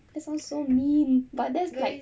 that sounds so mean but that's like